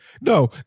No